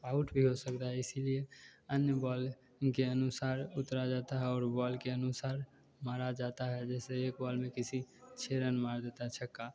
out भी हो सकता है इसी लिए अन्य बॉल के अनुसार उतरा जाता है और बॉल के अनुसार मारा जाता है जैसे एक बॉल में किसी छः रन मार देता है छक्का